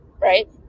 right